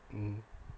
mmhmm